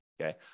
okay